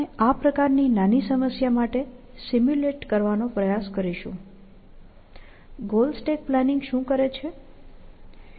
આપણે આ પ્રકારની નાની સમસ્યા માટે સિમ્યુલેશન કરવાનો પ્રયાસ કરીશું ગોલ સ્ટેક પ્લાનિંગ શું કરે છે